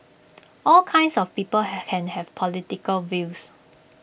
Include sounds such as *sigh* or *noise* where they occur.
all kinds of people *noise* can have political views